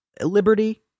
liberty